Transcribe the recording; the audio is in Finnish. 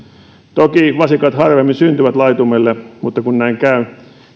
toki vasikat harvemmin syntyvät laitumelle mutta kun näin käy